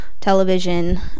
television